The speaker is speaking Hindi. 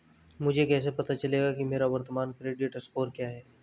मुझे कैसे पता चलेगा कि मेरा वर्तमान क्रेडिट स्कोर क्या है?